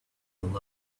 him